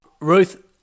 Ruth